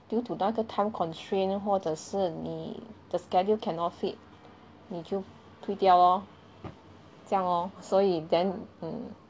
due to 那个 time constraint 或者是你 the schedule cannot fit 你就推掉咯这样咯所以 then mm